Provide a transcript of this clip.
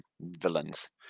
villains